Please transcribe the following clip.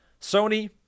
Sony